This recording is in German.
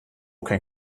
kein